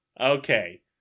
okay